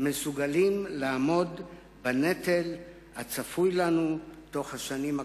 מסוגלים לעמוד בנטל הצפוי לנו בשנים הקרובות.